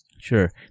Sure